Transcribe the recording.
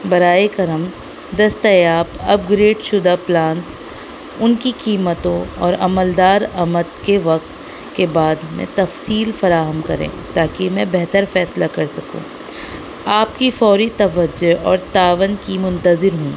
برائے کرم دستیاب اپگریڈ شدہ پلانس ان کی قیمتوں اور عمل در آمد کے وقت کے بعد میں تفصیل فراہم کریں تاکہ میں بہتر فیصلہ کر سکوں آپ کی فوری توجہ اور تعاون کی منتظر ہوں